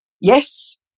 yes